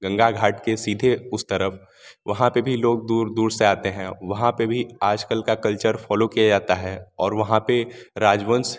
गंगा घाट के सीधे उस तरफ़ वहाँ पर भी लोग दूर दूर से आते है वहाँ पर भी आज कल का कल्चर फॉलो किया जाता है और वहाँ पर राजवंश